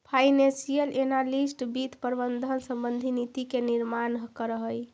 financial analyst वित्त प्रबंधन संबंधी नीति के निर्माण करऽ हइ